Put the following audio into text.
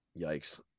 Yikes